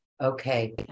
Okay